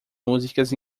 músicas